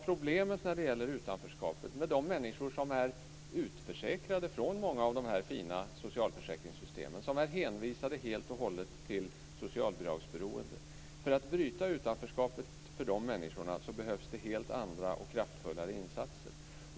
Problemet med utanförskapet är att många människor är utförsäkrade från många av de här fina socialförsäkringssystemen och är hänvisade helt och hållet till socialbidragsberoende. För att bryta utanförskapet för dessa människor behövs det helt andra och kraftfullare insatser.